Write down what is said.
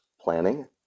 planning